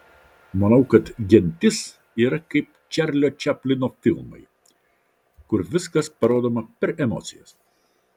manau kad gentis yra kaip čarlio čaplino filmai kur viskas parodoma per emocijas